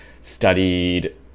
studied